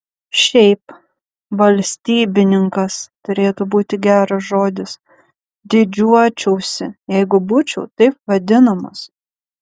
šiaip valstybininkas turėtų būti geras žodis didžiuočiausi jeigu būčiau taip vadinamas